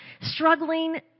struggling